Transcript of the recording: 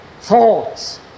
thoughts